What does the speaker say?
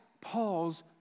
Paul's